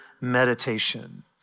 meditation